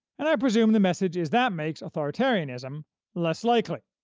and i presume the message is that makes authoritarianism less likely.